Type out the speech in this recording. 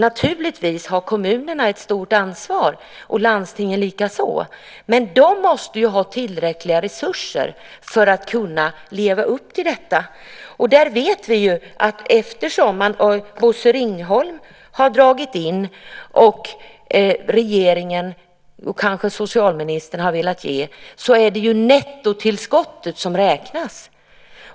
Naturligtvis har kommunerna ett stort ansvar och landstingen likaså. Men de måste ha tillräckliga resurser för att kunna att leva upp till detta. Vi vet att Bosse Ringholm och regeringen har dragit in pengar som kanske socialministern har velat ge, men det är nettotillskottet som räknas.